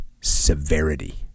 severity